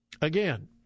Again